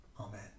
Amen